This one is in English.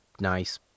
nice